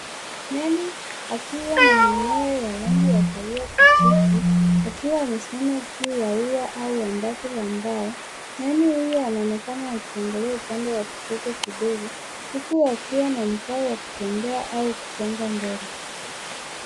Nyani akiwa na manyoya ya rangi ya kahawia-kijivu akiwa amesimama juu ya ua au andaki la mbao. Nyani huyu anaonekana akiangalia upande wa kushoto kidogo, huku akiwa na mkao wa kutembea au kusonga mbele.